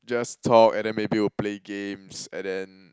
just talk and then maybe will play games and then